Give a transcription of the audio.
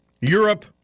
Europe